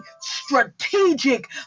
strategic